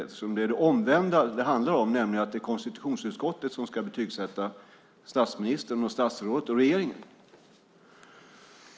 Det är det omvända det handlar om. Det är konstitutionsutskottet som ska betygssätta statsministern, statsråden och regeringen.